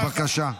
בבקשה.